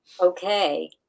Okay